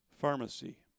Pharmacy